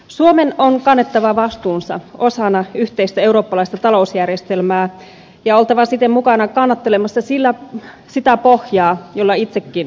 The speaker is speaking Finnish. suomen on kannettava vastuunsa osana yhteistä eurooppalaista talousjärjestelmää ja oltava siten mukana kannattelemassa sitä pohjaa jolla itsekin seisomme